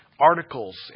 articles